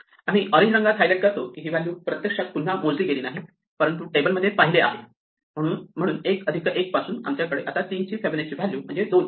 आम्ही ओरेन्ज रंगात हायलाइट करतो की हि व्हॅल्यू प्रत्यक्षात पुन्हा मोजली गेली नाही परंतु टेबलमध्ये पाहिले म्हणून 1 अधिक 1 पासून आमच्याकडे आता 3 ची फिबोनाची व्हॅल्यू 2 आहे